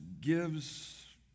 gives